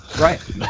Right